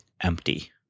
empty